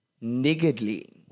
niggardly